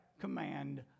command